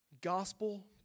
Gospel